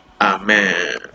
Amen